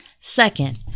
Second